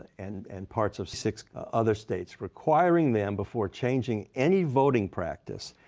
and and parts of six other states, requiring them, before changing any voting practice,